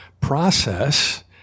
process